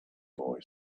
boy